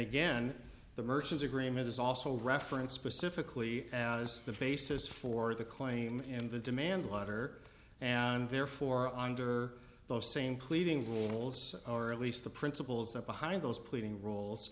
again the merchant agreement is also referenced specifically as the basis for the claim in the demand letter and therefore under those same pleading rules or at least the principles that behind those pleading rules